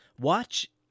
Watch